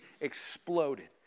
exploded